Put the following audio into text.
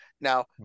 Now